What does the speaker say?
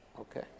Okay